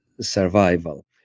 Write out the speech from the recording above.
survival